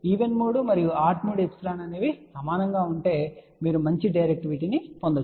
even mode మరియు odd mode epsilon సమానం గా ఉంటే మీరు మంచి డైరెక్టివిటీ పొందవచ్చు